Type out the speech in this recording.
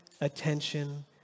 attention